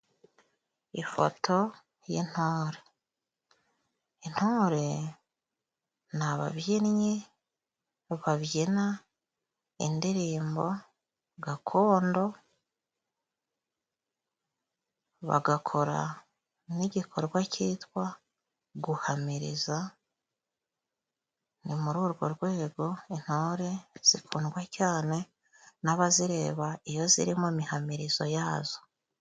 Ifoto y'intore. Intore ni ababyinnyi babyina indirimbo gakondo bagakora nk'igikorwa cyitwa guhamiriza. Ni muri urwo rwego intore zikundwa cyane n'abazireba iyo ziri mu mihamirizo yazo.